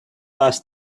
last